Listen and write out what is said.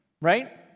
right